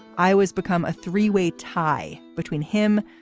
iowa's become a three way tie between him,